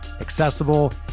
accessible